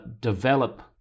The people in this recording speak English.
develop